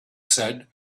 said